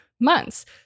Months